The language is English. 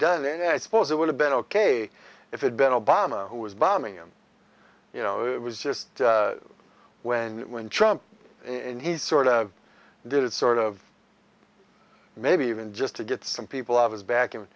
done and i suppose it would have been ok if it been a bomber who was bombing him you know it was just when when trump in he sort of did it sort of maybe even just to get some people of his back and